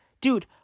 Dude